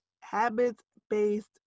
habits-based